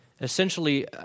essentially